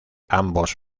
ambos